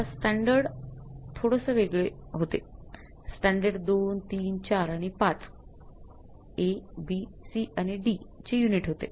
आता स्टँडर्ड थोडस वेगळे होते स्टँडर्ड 2 3 4 आणि 5 A B C आणि D चे युनिट होते